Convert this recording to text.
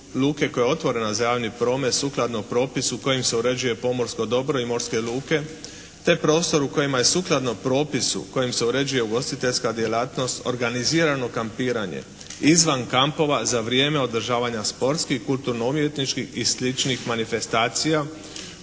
luke koja je otvorena za javni promet sukladno propisu kojim se uređuje pomorsko dobro i morske luke te prostor u kojima je sukladno propisu kojim se uređuje ugostiteljska djelatnost, organizirano kampiranje izvan kampova za vrijeme održavanja sportskih, kulturno-umjetničkih i sličnih manifestacija,